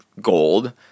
gold